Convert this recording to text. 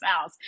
house